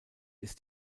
ist